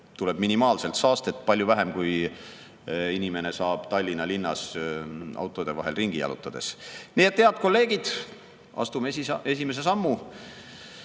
tuleb minimaalselt saastet, palju vähem, kui inimene saab Tallinna linnas autode vahel ringi jalutades. Nii et, head kolleegid, astume esimese sammu,